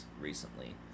recently